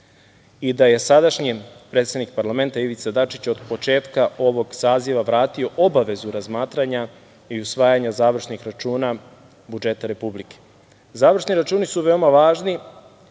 i da je sadašnji predsednik parlamenta Ivica Dačić od početka ovog saziva vratio obavezu razmatranja i usvajanja završnih računa budžeta republike. Završni računi su veoma važni,